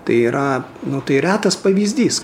tai yra nu tai retas pavyzdys